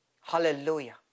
Hallelujah